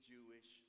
Jewish